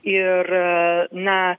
ir na